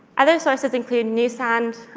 other sources include newsstand,